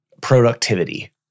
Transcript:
productivity